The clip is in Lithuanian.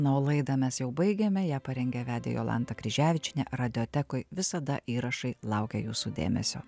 na o laidą mes jau baigėme ją parengė vedė jolanta kryževičienė radiotekoj visada įrašai laukia jūsų dėmesio